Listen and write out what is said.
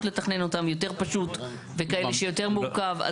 לתכנן אותם יותר פשוט וכאלה שיותר מורכב,